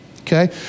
okay